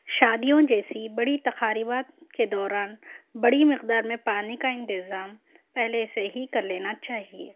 شادیوں جیسی بڑی تقریبات کے دوران بڑی مقدار میں پانی کا انتظام پہلے سے ہی کر لینا چاہیے